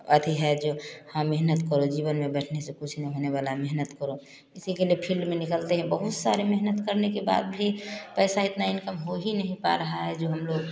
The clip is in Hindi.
आती है जो हाँ मेहनत करो जीवन में बैठने से कुछ न होने वाला मेहनत करो इसी के लिए फिल्ड में निकलते हैं बहुत सारे मेहनत करने के बाद भी पैसा इतना इनकम हो ही नहीं पा रहा है जो हम लोग